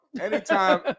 Anytime